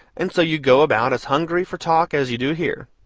and so you go about as hungry for talk as you do here.